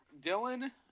dylan